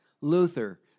Luther